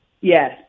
Yes